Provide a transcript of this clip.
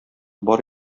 бар